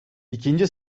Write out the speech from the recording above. i̇kinci